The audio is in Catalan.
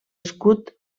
escut